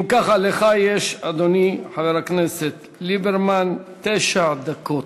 אם כך, לך יש, אדוני חבר הכנסת ליברמן, תשע דקות.